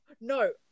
No